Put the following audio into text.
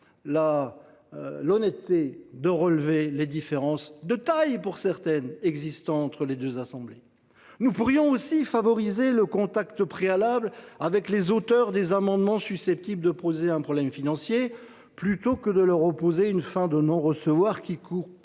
l’honnêteté de relever les différences, de taille pour certaines, existant entre les deux assemblées. Ensuite, nous pourrions favoriser le contact préalable avec les auteurs des amendements susceptibles de poser un problème financier, plutôt que de leur opposer une fin de non recevoir qui coupe